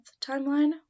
timeline